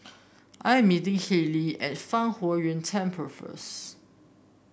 I am meeting Hailey at Fang Huo Yuan Temple first